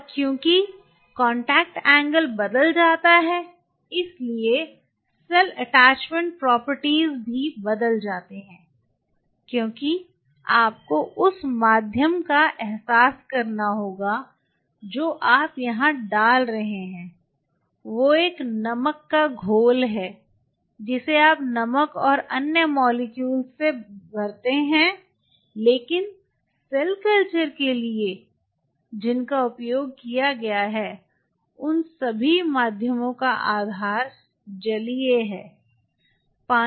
और चूंकि contact angle बदल जाता है इसलिए सेल अटैचमेंट प्रॉपर्टीज भी बदल जाते हैं क्योंकि आपको उस माध्यम का एहसास करना होगा जो आप यहां डाल रहे हैं वो एक नमक का घोल है जिसे आप नमक और अन्य मोलेक्युल्स होते हैं लेकिन सेल कल्चर के लिए जिनका उपयोग किया गया है उन सभी माध्यम का आधार जलीय हैं